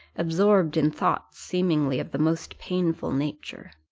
absorbed in thoughts seemingly of the most painful nature.